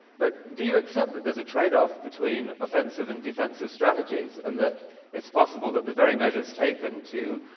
but do you accept that there's a tradeoff between offensive and defensive strategies, and that it's possible that the very measures taken to,